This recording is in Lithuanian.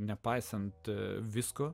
nepaisant visko